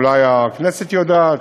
אולי הכנסת יודעת,